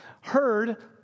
heard